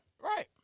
Right